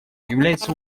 является